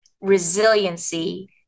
resiliency